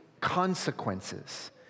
consequences